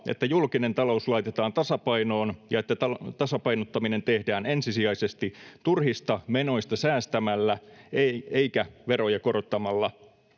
että julkinen talous laitetaan tasapainoon ja että tasapainottaminen tehdään ensisijaisesti turhista menoista säästämällä eikä veroja korottamalla.